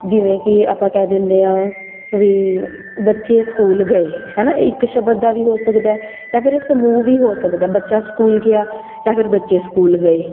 ਜਿਵੇਂ ਕਿ ਆਪਾਂ ਕਹਿ ਦਿੰਦੇ ਹਾਂ ਵੀ ਬੱਚੇ ਸਕੂਲ ਗਏ ਹੈ ਨਾ ਇੱਕ ਸ਼ਬਦ ਦਾ ਵੀ ਹੋ ਸਕਦਾ ਜਾਂ ਫਿਰ ਇਹ ਸਮੂਹ ਵੀ ਹੋ ਸਕਦਾ ਬੱਚਾ ਸਕੂਲ ਗਿਆ ਜਾਂ ਫਿਰ ਬ ਬੱਚੇ ਸਕੂਲ ਗਏ